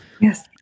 Yes